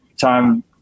time